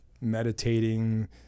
meditating